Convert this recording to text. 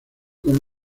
con